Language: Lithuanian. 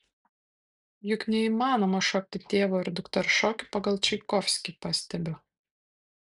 juk neįmanoma šokti tėvo ir dukters šokio pagal čaikovskį pastebiu